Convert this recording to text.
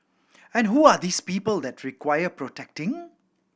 and who are these people that require protecting